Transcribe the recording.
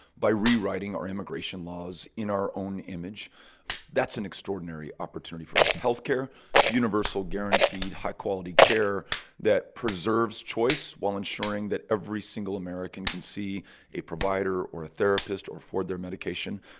by rewriting our immigration laws in our own image that's an extraordinary opportunity for us. health care universal, universal, guaranteed, high-quality care that preserves choice while ensuring that every single american can see a provider or a therapist or afford their medication.